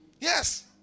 Yes